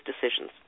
decisions